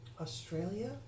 australia